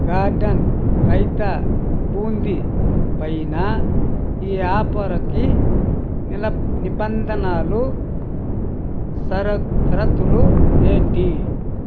garden raita boondi పైన ఈ ఆఫర్కి నిలబ్ నిబంధనాలు షరత్ షరతులు ఏంటి